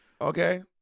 Okay